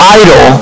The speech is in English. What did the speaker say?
idol